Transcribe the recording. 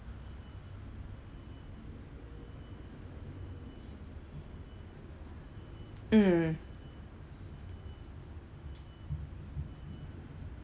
mm